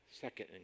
second